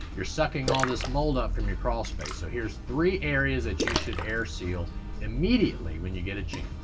you're sucking all this mold up from your crawl space. so, here's three areas that you should air seal immediately when you get a chance.